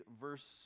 verse